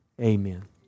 amen